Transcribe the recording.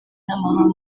n’amahanga